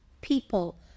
people